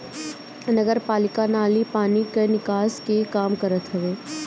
नगरपालिका नाली पानी कअ निकास के काम करत हवे